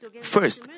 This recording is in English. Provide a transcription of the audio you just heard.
first